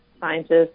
scientists